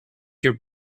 your